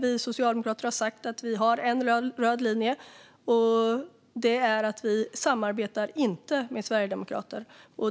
Vi socialdemokrater har sagt att vi har en röd linje, och det är att vi inte samarbetar med sverigedemokrater.